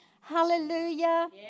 Hallelujah